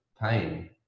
pain